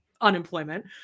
unemployment